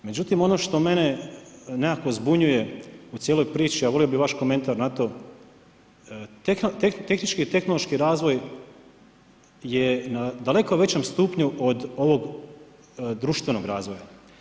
Međutim, ono što mene nekakvo zbunjuje u cijeloj priči, a volio bi vaš komentar na to, tehnički i tehnološki razvoj je u daleko većom stupnju od ovog društvenog razvoja.